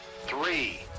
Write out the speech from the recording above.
three